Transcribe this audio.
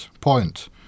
point